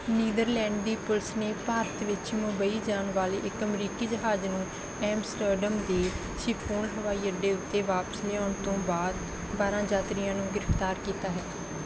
Netherlands ਦੀ police ਨੇ ਭਾਰਤ ਵਿੱਚ ਮੁੰਬਈ ਜਾਣ ਵਾਲੇ ਇੱਕ ਅਮਰੀਕੀ ਜਹਾਜ਼ ਨੂੰ ਐਮਸਟਰਡਮ ਦੇ ਸ਼ਿਫੋਲ ਹਵਾਈ ਅੱਡੇ ਉੱਤੇ ਵਾਪਸ ਲਿਆਉਣ ਤੋਂ ਬਾਅਦ ਬਾਰ੍ਹਾਂ ਯਾਤਰੀਆਂ ਨੂੰ ਗ੍ਰਿਫਤਾਰ ਕੀਤਾ ਹੈ